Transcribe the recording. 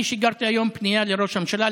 אני שיגרתי היום פנייה לראש הממשלה,